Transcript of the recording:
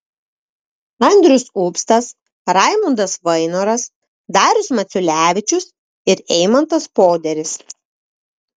andrius upstas raimundas vainoras darius maciulevičius ir eimantas poderis